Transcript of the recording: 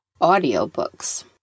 audiobooks